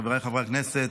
חבריי חברי הכנסת,